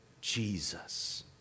Jesus